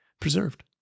preserved